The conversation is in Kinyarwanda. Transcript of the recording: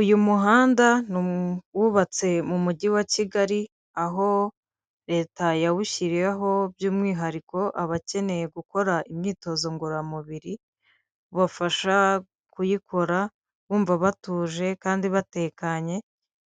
Uyu muhanda wubatse mu mujyi wa Kigali aho leta yawushyiriyeho by'umwihariko abakeneye gukora imyitozo ngororamubiri; ubafasha kuyikora bumva batuje kandi batekanye